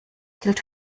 gilt